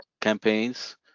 campaigns